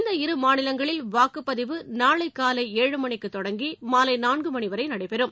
இந்த இரு மாநிலங்களில் வாக்குப் பதிவு நூளை காலை ஏழு மணிக்குத் தொடங்கி மாலை நான்கு மணி வரை நடைபெறும்